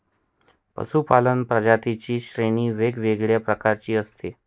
पशूपालन प्रजातींची श्रेणी वेगवेगळ्या प्रकारची असते